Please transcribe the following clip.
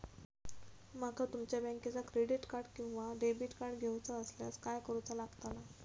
माका तुमच्या बँकेचा क्रेडिट कार्ड किंवा डेबिट कार्ड घेऊचा असल्यास काय करूचा लागताला?